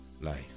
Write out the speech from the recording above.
life